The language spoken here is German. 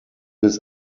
bis